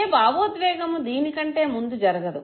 ఏ భావోద్వేగము దీనికంటే ముందు జరగదు